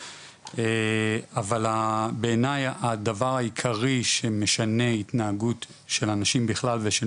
אבל בעיני הדבר העיקרי שמשנה התנהגות של אנשים בכלל ושל